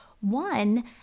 one